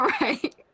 Right